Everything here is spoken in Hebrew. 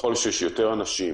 ככל שיש יותר אנשים,